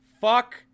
Fuck